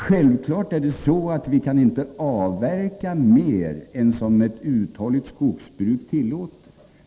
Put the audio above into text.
33 Självfallet kan vi inte avverka mer än ett uthålligt skogsbruk tillåter.